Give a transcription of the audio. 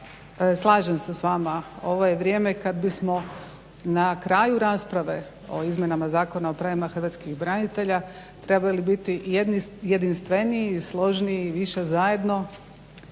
Slažem se s vama, ovo je vrijeme kada bismo na kraju rasprave o izmjenama Zakona o pravima hrvatskih branitelja trebali biti jedinstveniji i složniji i više zajedno,